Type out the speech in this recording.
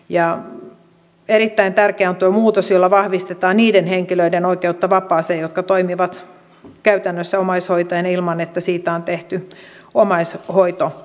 ja erittäin tärkeä on tuo muutos jolla vahvistetaan niiden henkilöiden oikeutta vapaaseen jotka toimivat käytännössä omaishoitajina ilman että siitä on tehty omaishoitosopimus